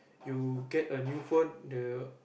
you get a new phone the